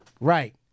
Right